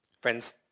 Friends